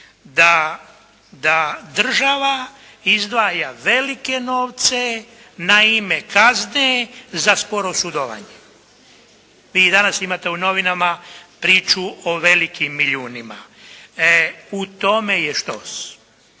da država izdvaja velike novce na ime kazne za sporo sudovanje. Vi danas imate u novinama priču o velikim milijunima. U tome je štos.